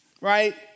right